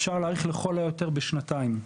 אפשר להאריך לכל היותר בשנתיים.